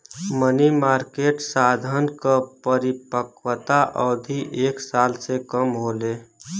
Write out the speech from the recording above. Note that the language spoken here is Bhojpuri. मनी मार्केट साधन क परिपक्वता अवधि एक साल से कम होले